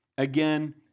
again